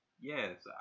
yes